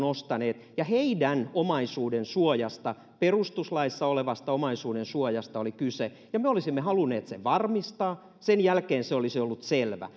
ostaneet ja heidän omaisuudensuojastaan perustuslaissa olevasta omaisuudensuojasta oli kyse me olisimme halunneet sen varmistaa ja sen jälkeen se olisi ollut selvä